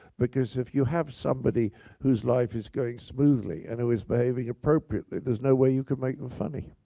because if you have somebody whose life is going smoothly and who is behaving appropriately, there's no way you could make them funny.